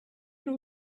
know